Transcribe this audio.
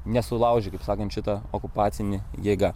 nesulaužė kaip sakant šita okupacinė jėga